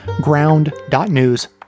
ground.news